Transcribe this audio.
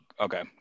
okay